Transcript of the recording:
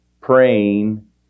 praying